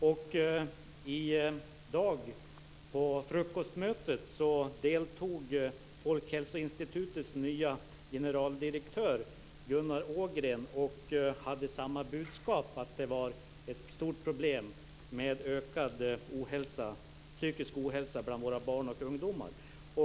I dag på frukostmötet deltog Ågren och hade samma budskap, att det var ett stort problem med ökad psykisk ohälsa bland våra barn och ungdomar.